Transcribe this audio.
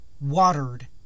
watered